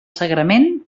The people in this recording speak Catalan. sagrament